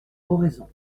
oraison